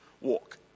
walk